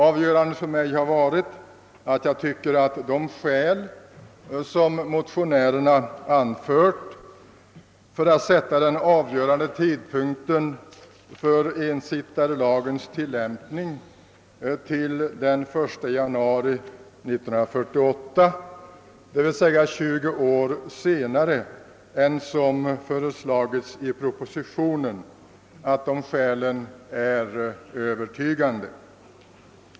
Avgörande för mig har varit att jag tycker att de skäl som motionärerna har anfört för att den avgörande tidpunkten för ensittarlagens tillämpning fastställes till den 1 januari 1948, d. v. s. 20 år senare än vad som föreslagits i propositionen, är övertygande.